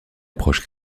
approche